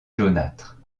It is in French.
jaunâtre